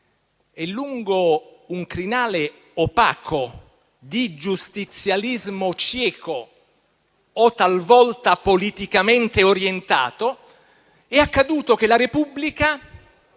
e lungo un crinale opaco di giustizialismo cieco o talvolta politicamente orientato, è accaduto che la Repubblica